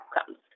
outcomes